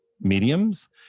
mediums